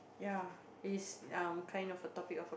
ya is um kind of topic of